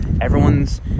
everyone's